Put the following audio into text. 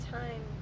time